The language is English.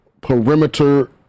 perimeter